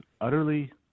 utterly